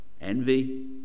Envy